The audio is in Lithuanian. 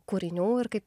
kūrinių ir kaip